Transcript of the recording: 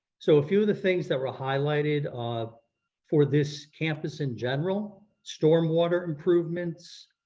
so a few of the things that were highlighted um for this campus in general, stormwater improvements,